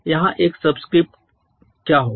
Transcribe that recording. यहाँ एक सबस्क्रिप्ट क्या होगा